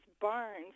barns